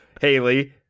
Haley